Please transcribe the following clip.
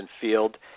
field